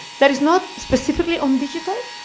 that is not specifically on digital,